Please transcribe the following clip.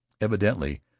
evidently